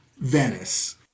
venice